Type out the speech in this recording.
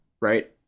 right